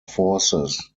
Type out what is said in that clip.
forces